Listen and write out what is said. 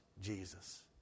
Jesus